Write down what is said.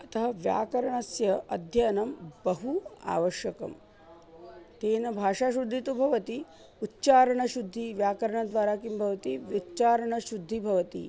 अतः व्याकरणस्य अध्ययनं बहु आवश्यकं तेन भाषाशुद्धिः तु भवति उच्चारणशुद्धिः व्याकरणद्वारा किं भवति उच्चारणशुद्धिः भवति